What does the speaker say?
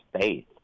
faith